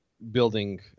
Building